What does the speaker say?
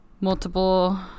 multiple